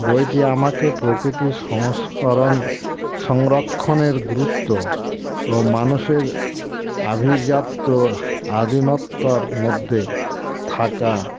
বইটি আমাকে প্রকৃতির সংস্করণ সংরক্ষণের গুরুত্ব ও মানুষের আভিজাত্য আদিমত্বার মধ্যে থাকা